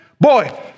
Boy